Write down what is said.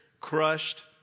crushed